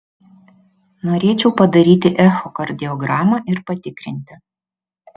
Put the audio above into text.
norėčiau padaryti echokardiogramą ir patikrinti